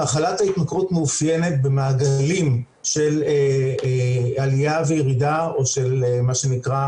מחלת ההתמכרות מאופיינת במעגלים של עליה וירידה או של מה שנקרא,